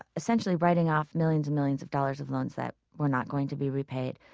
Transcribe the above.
essentially writing off millions and millions of dollars of loans that were not going to be repaid,